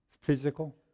physical